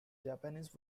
japanese